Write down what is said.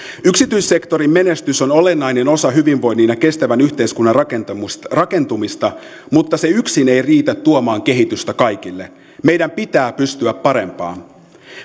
yksityissektorin menestys on olennainen osa hyvinvoinnin ja kestävän yhteiskunnan rakentumista rakentumista mutta se yksin ei riitä tuomaan kehitystä kaikille meidän pitää pystyä parempaan